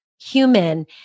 human